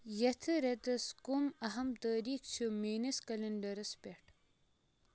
یتھ رٮ۪تس کم اہم تٲریٖخ چھِ میٲنِس کلینڈرس پٮ۪ٹھ